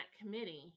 committee